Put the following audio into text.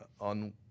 on